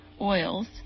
oils